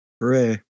Hooray